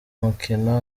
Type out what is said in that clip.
mukino